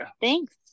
thanks